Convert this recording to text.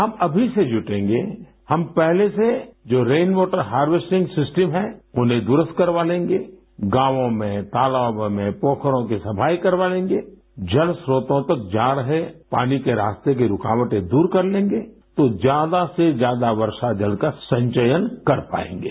हम अभी से जुटेंगे हम पहले से जो रेन वॉटर हारवेस्टिंग सिस्टम है उन्हें दुरुस्त करवा लेंगे गांवो में तालाबों में पोखरों की सफाई करवा लेंगे जलस्त्रोतों तक जा रहे पानी के रास्ते की रुकावटें दूर कर लेंगे तो ज्यादा से ज्यादा वर्षा जल का संचयन कर पायेंगे